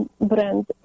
brand